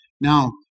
Now